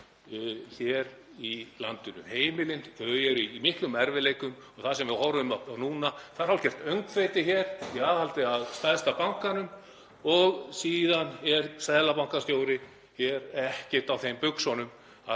hér í landinu. Heimilin eru í miklum erfiðleikum. Það sem við horfum á núna er algjört öngþveiti hér í aðhaldi að stærsta bankanum. Síðan er seðlabankastjóri ekkert á þeim buxunum